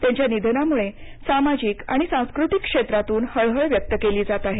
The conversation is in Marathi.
त्याच्या निधनाम्ळे सामाजिक आणि सांस्कृतिक क्षेत्रातून हळहळ व्यक्त केली जात आहे